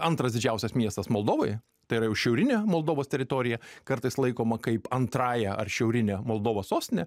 antras didžiausias miestas moldovoje tai yra jau šiaurinė moldovos teritorija kartais laikoma kaip antrąja ar šiaurine moldovos sostine